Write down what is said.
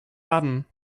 button